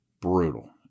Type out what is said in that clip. Brutal